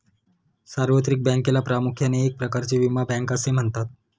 सार्वत्रिक बँकेला प्रामुख्याने एक प्रकारची विमा बँक असे म्हणतात